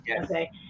Okay